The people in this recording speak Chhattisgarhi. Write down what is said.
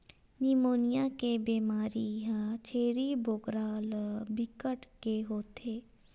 निमोनिया के बेमारी ह छेरी बोकरा ल बिकट के होथे